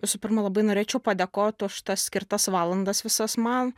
visų pirma labai norėčiau padėkot už tas skirtas valandas visas man